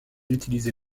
utilisé